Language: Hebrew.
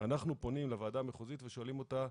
אנחנו פונים לוועדה המחוזית ושואלים אותה: